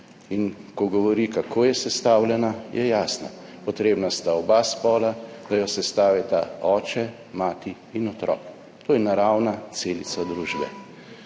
In ko govori, kako je sestavljena, je jasna. Potrebna sta oba spola, da jo sestavita oče, mati in otrok. To je naravna celica družbe.